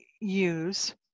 use